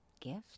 gift